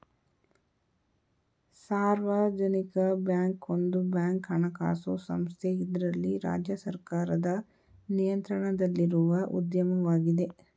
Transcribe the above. ಸಾರ್ವಜನಿಕ ಬ್ಯಾಂಕ್ ಒಂದು ಬ್ಯಾಂಕ್ ಹಣಕಾಸು ಸಂಸ್ಥೆ ಇದ್ರಲ್ಲಿ ರಾಜ್ಯ ಸರ್ಕಾರದ ನಿಯಂತ್ರಣದಲ್ಲಿರುವ ಉದ್ಯಮವಾಗಿದೆ